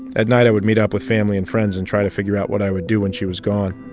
at night, i would meet up with family and friends and try to figure out what i would do when she was gone.